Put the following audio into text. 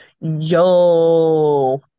yo